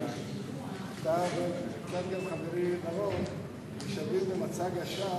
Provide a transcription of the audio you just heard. אתה וחבר הכנסת חברי בר-און נשאבים למצג השווא